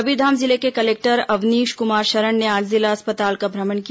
कबीरधाम जिले के कलेक्टर अवनीश कुमार शरण ने आज जिला अस्पताल का भ्रमण किया